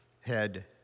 head